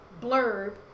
blurb